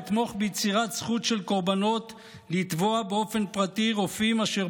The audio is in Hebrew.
אתמוך ביצירת זכות של קורבנות לתבוע באופן פרטי רופאים אשר